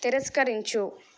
తిరస్కరించు